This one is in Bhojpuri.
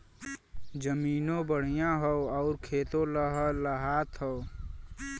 जमीनों बढ़िया हौ आउर खेतो लहलहात हौ